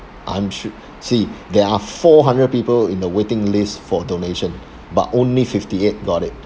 I'm su~ see there are four hundred people in the waiting list for donation but only fifty eight got it